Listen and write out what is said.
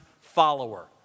follower